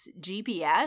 GPS